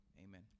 Amen